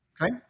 okay